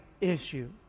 issue